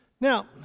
Now